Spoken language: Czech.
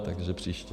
Takže příště.